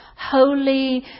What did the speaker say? holy